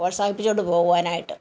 പ്രോത്സാഹിപ്പിച്ചു കൊണ്ട് പോകുവാനായിട്ട്